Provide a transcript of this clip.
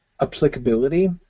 applicability